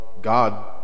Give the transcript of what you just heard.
God